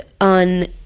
on